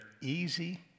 easy